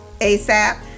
asap